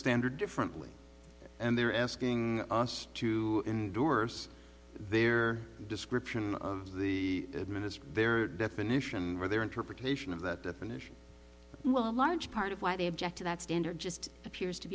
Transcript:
standard differently and they're asking us to endorse their description of the minister their definition or their interpretation of that definition well a large part of why they object to that standard just appears to